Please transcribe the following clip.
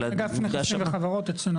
אגף נכסים וחברות אצלנו.